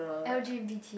L_G_B_T